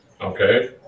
Okay